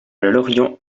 lorient